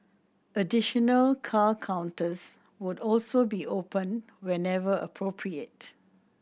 additional car counters would also be opened whenever appropriate